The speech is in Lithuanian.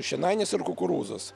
šienainis ir kukurūzus